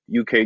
UK